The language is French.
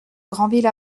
granville